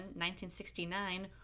1969